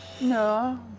No